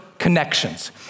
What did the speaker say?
Connections